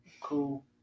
Cool